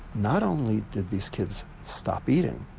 not only did these kids stop eating,